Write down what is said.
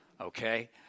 okay